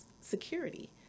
security